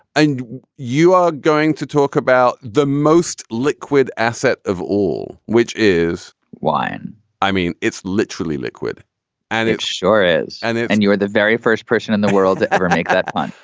and you are going to talk about the most liquid asset of all, which is wine i mean, it's literally liquid and it sure is and and you are the very first person in the world to ever make that plan.